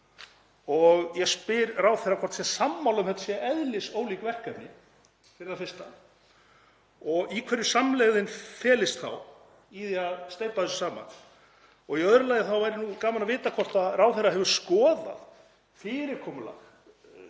Ég spyr ráðherra hvort hann sé mér sammála um að þetta séu eðlisólík verkefni fyrir það fyrsta og í hverju samlegðin felist þá í því að steypa þessu saman. Og í öðru lagi væri gaman að vita hvort ráðherra hefur skoðað fyrirkomulag